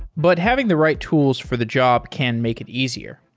but having the right tools for the job can make it easier.